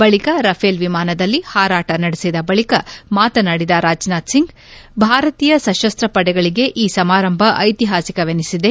ಬಳಿಕ ರಫೇಲ್ ವಿಮಾನದಲ್ಲಿ ಹಾರಾಟ ನಡೆಸಿದ ಬಳಿಕೆ ಮಾತನಾಡಿದ ರಾಜನಾಥ್ ಸಿಂಗ್ ಭಾರತೀಯ ಸಶಸ್ತ ಪಡೆಗಳಿಗೆ ಈ ಸಮಾರಂಭ ಐತಿಹಾಸಿಕವೆನಿಸಿದೆ